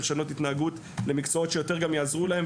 לשנות התנהגות למקצועות שיעזרו להם יותר,